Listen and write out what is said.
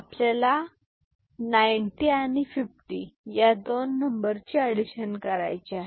आपल्याला 90 आणि 50 या दोन नंबरची एडिशन करायचे आहे